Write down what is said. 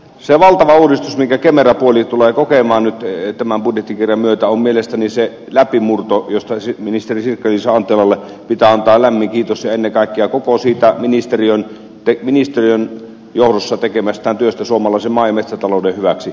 se valtava uudistus minkä kemera puoli tulee kokemaan tämän budjettikirjan myötä on mielestäni se läpimurto josta ministeri sirkka liisa anttilalle pitää antaa lämmin kiitos ja ennen kaikkea siitä hänen koko ministeriön johdossa tekemästään työstä suomalaisen maa ja metsätalouden hyväksi